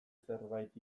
zerbait